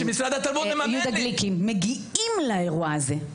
יהודה גליקים מגיעים לאירוע הזה.